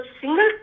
single